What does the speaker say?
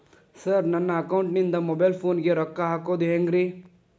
Sir ನನ್ನ ಅಕೌಂಟದಿಂದ mobile ಫೋನಿಗೆ ರೊಕ್ಕ ಹಾಕೋದು ಹೆಂಗ್ರಿ?